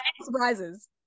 surprises